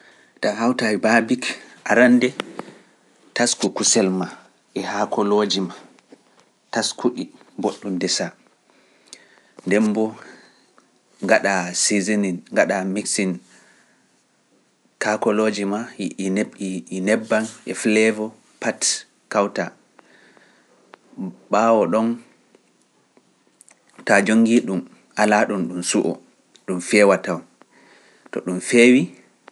Ta a hawtay baabik arannde, tasku kusel maa e haakolooji maa, tasku-ɗi booɗɗum ndesaa, nden boo ngaɗaa seasoning, ngaɗaa mixing kaakolooji maa e nebbam e flavor pat kawtaa, ɓaawo ɗon, ta a jonngii-ɗum alaa-ɗum ɗum su'oo, ɗum feewa tawo, to ɗum feewii.